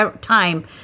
time